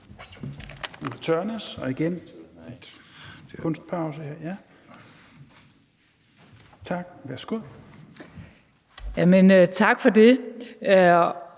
tak for det,